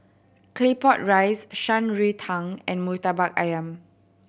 Claypot Rice Shan Rui Tang and Murtabak Ayam